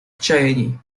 чаяний